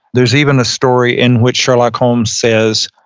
there's even a story in which sherlock holmes says,